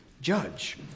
Judge